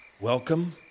Welcome